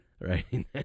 right